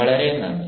വളരെ നന്ദി